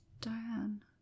Diane